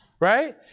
right